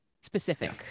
specific